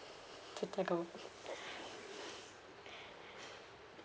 take the goal